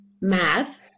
math